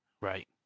Right